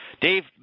Dave